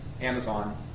Amazon